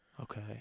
okay